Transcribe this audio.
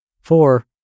Four